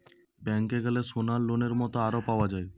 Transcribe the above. ব্যাংকে গ্যালে সোনার লোনের মত আরো পাওয়া যায়